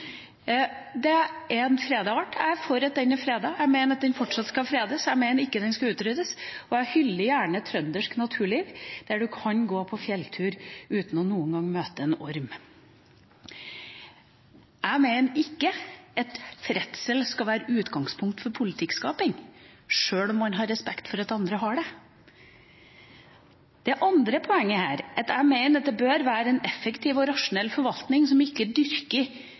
i Nordmarka om våren. Det er et mareritt. Hoggorm er en fredet art. Jeg er for at den er fredet, og jeg mener at den fortsatt skal være fredet – jeg mener ikke at den skal utryddes. Jeg hyller gjerne trøndersk naturliv, der en kan gå på fjelltur uten noen gang å møte en orm. Jeg mener ikke at redsel skal være utgangspunktet for å lage politikk, sjøl om en har respekt for at andre har det. Det andre poenget her er at jeg mener at det bør være en effektiv og